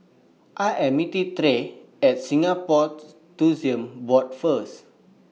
I Am meeting Tre At Singapore Tourism Board First